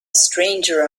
stranger